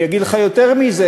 אני אגיד לך יותר מזה,